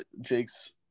Jake's